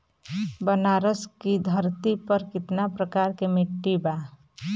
बनारस की धरती पर कितना प्रकार के मिट्टी बा?